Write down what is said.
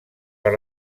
per